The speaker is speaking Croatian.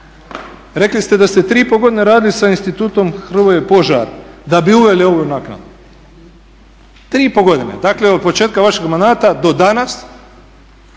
Rekli ste da ste 3,5 godine radili sa Institutom Hrvoje Požar da bi uveli ovu naknadu, 3,5 godine dakle od početka vašeg mandata do danas